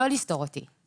לא לסתור את זה.